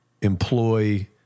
employ